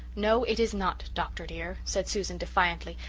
no, it is not, doctor dear, said susan defiantly,